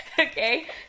Okay